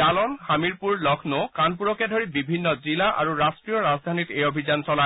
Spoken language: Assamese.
জালন হামিৰপুৰ লক্ষ্ণৌ কানপুৰকে ধৰি বিভিন্ন জিলা আৰু ৰাষ্ট্ৰীয় ৰাজধানীত এই অভিযান চলায়